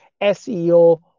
seo